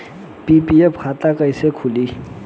PPF खाता कैसे खुली?